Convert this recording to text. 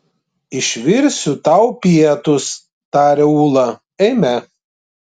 išvirsiu tau pietus taria ūla eime